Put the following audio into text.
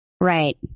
Right